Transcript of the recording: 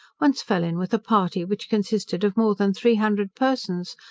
once fell in with a party which consisted of more than three hundred persons,